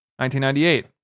1998